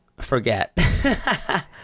Forget